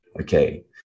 Okay